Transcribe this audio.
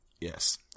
Yes